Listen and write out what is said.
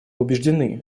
убеждены